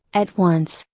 at once,